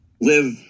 live